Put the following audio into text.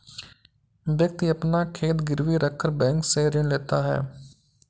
व्यक्ति अपना खेत गिरवी रखकर बैंक से ऋण लेता है